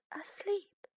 asleep